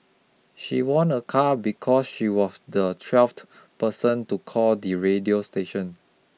she won a car because she was the twelfth person to call the radio station